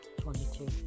Twenty-two